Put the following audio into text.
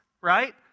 right